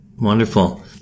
Wonderful